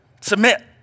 submit